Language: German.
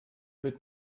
wird